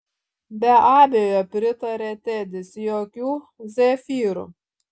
be abejo pritarė tedis jokių zefyrų